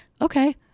okay